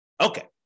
Okay